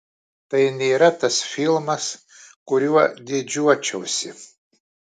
tai nėra tas filmas kuriuo didžiuočiausi